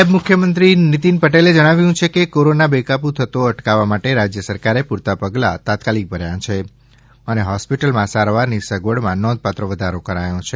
નાયબ મુખ્યમંત્રી નિતિનભાઈ પટેલે જણાવ્યુ છેકે કોરોના બેકાબૂ થતો અટકાવવા માટે રાજ્ય સરકારે પૂરતા પગલાં તાત્કાલિક ભર્યા છે અને હોસ્પિટલમાં સારવારની સગવડમાં નોંધપાત્ર વધારો કરાયો છે